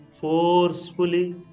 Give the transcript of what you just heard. forcefully